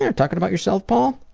and talking about yourself, paul?